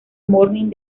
morning